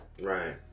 Right